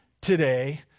today